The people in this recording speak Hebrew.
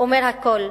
אומרת הכול.